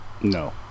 No